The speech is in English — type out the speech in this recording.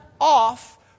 off